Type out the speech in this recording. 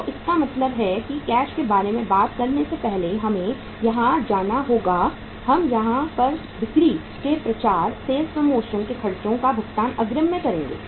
तो इसका मतलब है कि कैश के बारे में बात करने से पहले हमें यहां जाना होगा हम यहां पर बिक्री के प्रचार सेल्स प्रमोशन के खर्चों का भुगतान अग्रिम में करेंगे